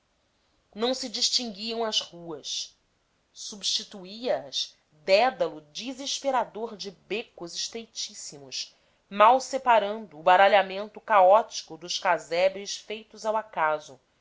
não se distinguiam as ruas substituía as dédalo desesperador de becos estreitíssimos mal separando o baralhamento caótico dos casebres feitos ao acaso